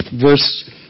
Verse